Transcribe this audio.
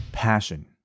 passion